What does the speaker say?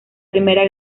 primera